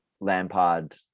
Lampard